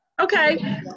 Okay